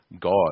God